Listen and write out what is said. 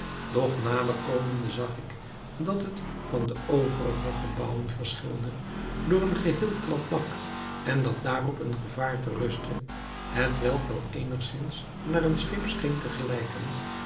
doch nader komende zag ik dat het van de overige gebouwen verschilde door een geheel plat dak en dat daarop een gevaarte rustte hetwelk wel eenigzins naar een schip scheen te